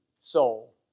soul